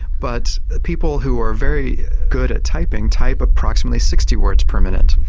but people who are very good at typing type approximately sixty words per minute.